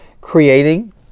creating